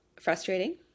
frustrating